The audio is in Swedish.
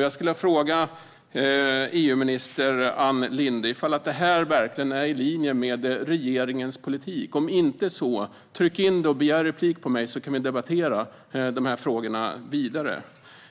Jag skulle vilja fråga EU-minister Ann Linde om detta verkligen är i linje med regeringens politik. Om det inte är det, begär då replik på mitt anförande så att vi kan debattera dessa frågor vidare.